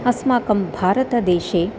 अस्माकं भारतदेशे